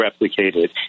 replicated